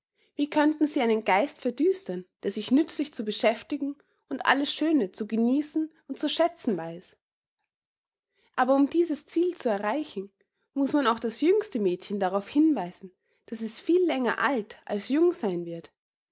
wie könnten sie einen geist verdüstern der sich nützlich zu beschäftigen und alles schöne zu genießen und zu schätzen weiß aber um dieses ziel zu erreichen muß man auch das jüngste mädchen darauf hinweisen daß es viel länger alt als jung sein wird